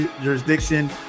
jurisdiction